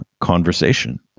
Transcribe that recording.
conversation